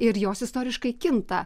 ir jos istoriškai kinta